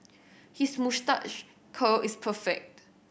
his moustache curl is perfect